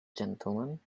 gentlemen